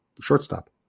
shortstop